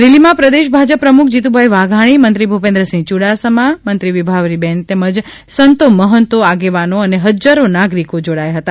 રેલીમાં પ્રદેશ ભાજપ પ્રમુખ જીતુભાઈ વાધાણી મંત્રી ભુપેન્દ્ર સીંહ યુડાસમાનું મંત્રી વિભાવરી બેન તેમજ સંતો મંફતો આગેવાનો અને ફજારો નાગરીકો જોડાથા હતા